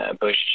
Bush